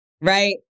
right